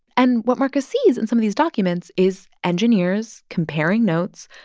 and what markus sees in some of these documents is engineers comparing notes,